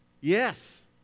Yes